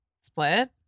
split